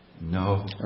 No